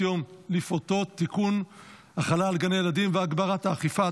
יום לפעוטות (תיקון מס' 2) (הגברת האכיפה),